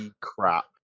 crap